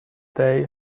day